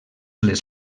les